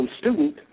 student